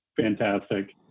fantastic